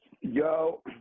Yo